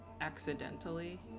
accidentally